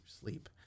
sleep